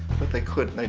but they couldn't,